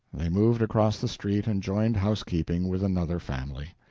they moved across the street and joined housekeeping with another family.